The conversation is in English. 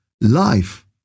life